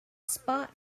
spot